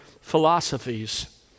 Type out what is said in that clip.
philosophies